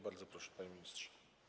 Bardzo proszę, panie ministrze.